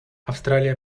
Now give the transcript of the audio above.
австралия